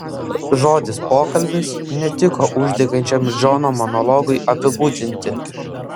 žodis pokalbis netiko uždegančiam džono monologui apibūdinti